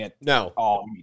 No